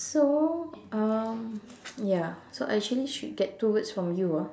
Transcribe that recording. so um ya so I actually should get two words from you ah